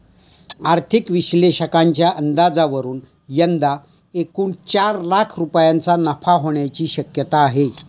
आर्थिक विश्लेषकांच्या अंदाजावरून यंदा एकूण चार लाख रुपयांचा नफा होण्याची शक्यता आहे